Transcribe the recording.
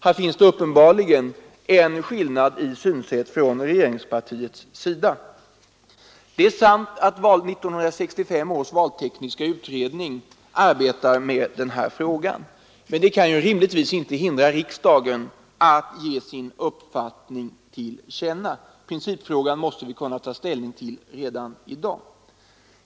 Här finns det uppenbarligen en skillnad i synsätt på dessa olika kategorier hos regeringspartiet. Det är sant att 1965 års valtekniska utredning arbetar med denna fråga. Det kan dock rimligtvis inte hindra riksdagen att ge sin uppfattning till känna. Principfrågan måste vi kunna ta ställning till redan i dag.